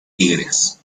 tigres